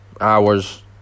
hours